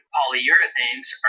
Polyurethanes